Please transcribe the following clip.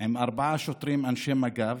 עם ארבעה שוטרים, אנשי מג"ב,